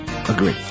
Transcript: Agree